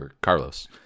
carlos